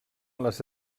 les